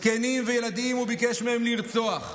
זקנים וילדים, הוא ביקש מהם לרצוח.